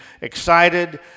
excited